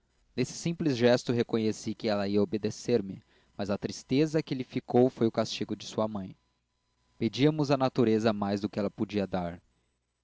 nesse simples gesto reconheci que ela ia obedecer me mas a tristeza que lhe ficou foi o castigo de sua mãe pedíamos à natureza mais do que ela podia dar